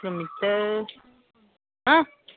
kilometre ꯍꯥ